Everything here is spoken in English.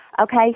Okay